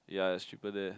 ya it's cheaper there